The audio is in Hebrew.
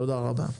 תודה רבה.